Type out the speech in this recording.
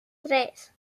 tres